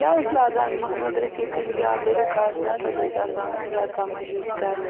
یا ٲسۍ لاگان محمد رفیٖقٕنۍ زیادٕ رِکاڈ نَتہٕ حظ ٲسۍ آسان لَتا منٛگیشکر